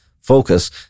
focus